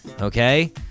Okay